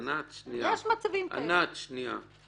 ענת, שנייה.